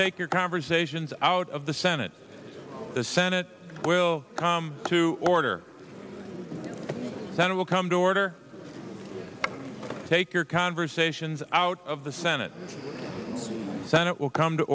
take your conversations out of the senate the senate will come to order that it will come to order take your conversations out of the senate senate will come to